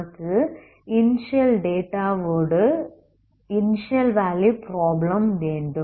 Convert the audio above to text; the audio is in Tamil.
நமக்கு இனிஸியல் டேட்டாவோடு இனிஸியல் வேல்யூ ப்ராப்ளம் வேண்டும்